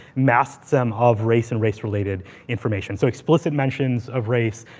masks them of race and race related information. so explicit mentions of race,